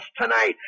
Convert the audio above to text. tonight